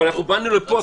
באנו לפה,